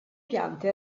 piante